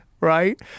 right